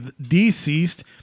Deceased